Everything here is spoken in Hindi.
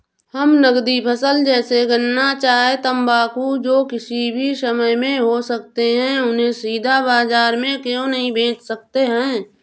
हम नगदी फसल जैसे गन्ना चाय तंबाकू जो किसी भी समय में हो सकते हैं उन्हें सीधा बाजार में क्यो नहीं बेच सकते हैं?